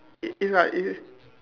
i~ is like it's it's